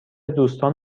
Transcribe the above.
دوستان